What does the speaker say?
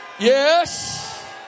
Yes